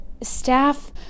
staff